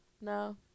No